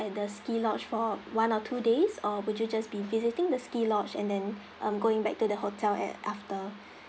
at the ski lodge for one or two days or would you just be visiting the ski lodge and then um going back to the hotel at after